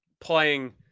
playing